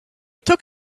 took